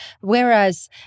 Whereas